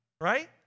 right